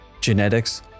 Genetics